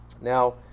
now